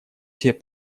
тебе